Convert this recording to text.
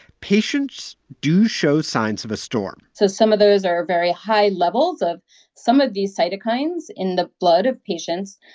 patients do show signs of a storm so some of those are very high levels of some of these cytokines in the blood of patients.